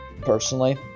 personally